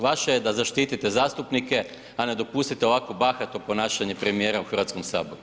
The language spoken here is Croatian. Vaše je da zaštitite zastupnike, a ne dopustite ovakvo bahato ponašanje premijera u HS.